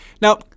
Now